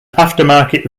aftermarket